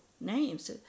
names